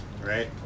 right